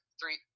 three